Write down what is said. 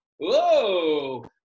whoa